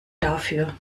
dafür